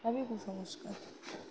সবই কুসংস্কার